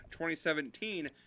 2017